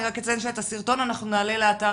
אני רק אציין שאת הסרטון אנחנו נעלה לאתר